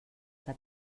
què